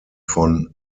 von